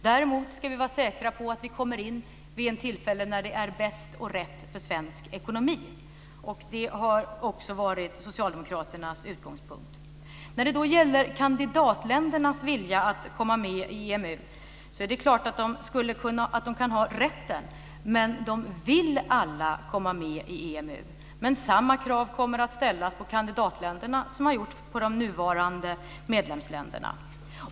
Däremot ska vi vara säkra på att vi kommer in vid ett tillfälle då det är bäst och rätt för svensk ekonomi, och det har också varit socialdemokraternas utgångspunkt. Beträffande kandidatländernas vilja att komma med i EMU är det klart att de kan ha den rätten, men de vill alla komma med i EMU. Samma krav kommer att ställas på kandidatländerna som man har gjort på de nuvarande medlemsländerna.